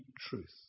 truth